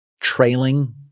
trailing